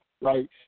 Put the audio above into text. right